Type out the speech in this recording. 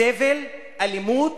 סבל, אלימות.